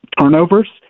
Turnovers